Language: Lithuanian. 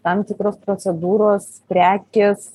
tam tikros procedūros prekės